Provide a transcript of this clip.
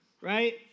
right